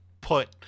put